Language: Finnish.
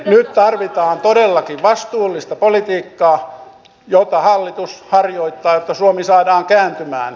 nyt tarvitaan todellakin vastuullista politiikkaa jota hallitus harjoittaa jotta suomi saadaan kääntymään